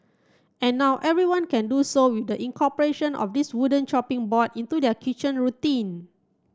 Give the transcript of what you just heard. and now everyone can do so would incorporation of this wooden chopping board into their kitchen routine